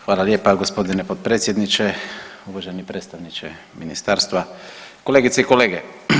Hvala lijepa g. potpredsjedniče, uvaženi predstavniče ministarstva, kolegice i kolege.